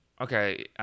Okay